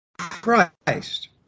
Christ